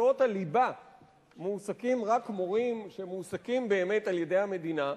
שבמקצועות הליבה מועסקים רק מורים שמועסקים באמת על-ידי המדינה,